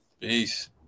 Peace